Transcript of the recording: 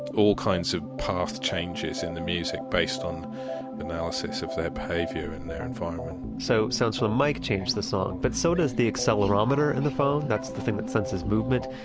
all kinds of path changes in the music based on analysis of their behavior and their environment so sounds from the mic change the song but so does the accelerometer in the phone, that's the thing that senses movement.